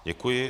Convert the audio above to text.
Děkuji.